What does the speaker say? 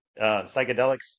psychedelics